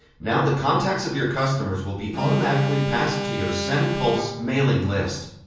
now the contacts of your customers will be automatically passed to your sendpulse mailing list.